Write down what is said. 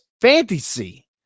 fantasy